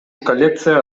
коллекция